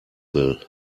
will